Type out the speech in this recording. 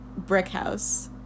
Brickhouse